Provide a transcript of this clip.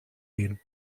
gehen